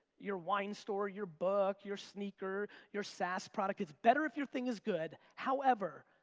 your wine store, your book, your sneaker, your saas product. it's better if your thing is good, however,